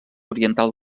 oriental